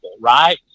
right